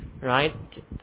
Right